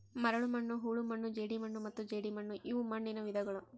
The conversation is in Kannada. ಮರಳುಮಣ್ಣು ಹೂಳುಮಣ್ಣು ಜೇಡಿಮಣ್ಣು ಮತ್ತು ಜೇಡಿಮಣ್ಣುಇವು ಮಣ್ಣುನ ವಿಧಗಳು